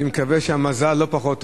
אני מקווה שהמזל לא פחות טוב.